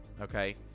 okay